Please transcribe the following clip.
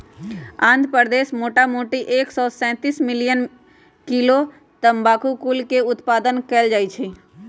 आंध्र प्रदेश मोटामोटी एक सौ तेतीस मिलियन किलो तमाकुलके उत्पादन कएल जाइ छइ